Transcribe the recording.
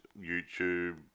YouTube